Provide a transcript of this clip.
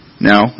Now